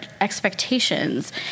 expectations